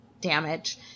damage